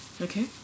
Okay